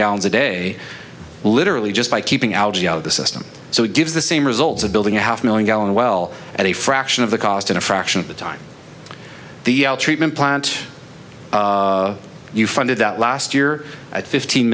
gallons a day literally just by keeping algae out of the system so it gives the same results of building a half million gallon well at a fraction of the cost in a fraction of the time the treatment plant you funded that last year at fifteen